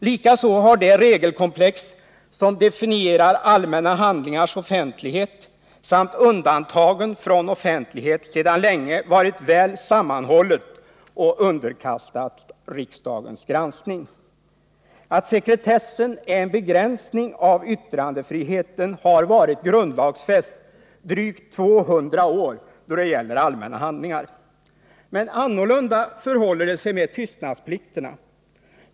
Likaså har det regelkomplex som definierar allmänna handlingars offentlighet och undantagen från offentligheten sedan länge varit väl sammanhållet och underkastat riksdagens granskning. Att sekretessen är en begränsning av yttrandefriheten har varit grundlagfäst drygt 200 år då det gäller allmänna handlingar. Annorlunda förhåller det sig med tystnadsplikterna.